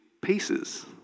pieces